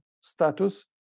status